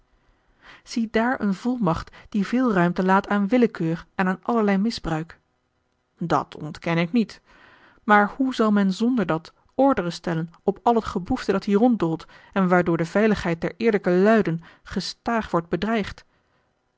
ziedaar eene volmacht die veel ruimte laat aan willekeur en aan allerlei misbruik dat ontken ik niet maar hoe zal men zonderdat ordre stellen op al het geboefte dat hier ronddoolt en waardoor de veiligheid der eerlijke luiden gestaâg wordt bedreigd